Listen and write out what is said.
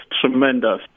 tremendous